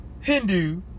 Hindu